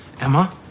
Emma